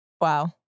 Wow